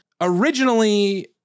Originally